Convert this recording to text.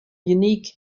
unique